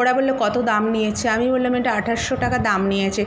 ওরা বলল কত দাম নিয়েছে আমি বললাম এটা আটাশশো টাকা দাম নিয়েছে